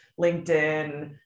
LinkedIn